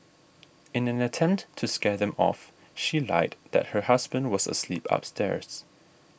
in an attempt to scare them off she lied that her husband was asleep upstairs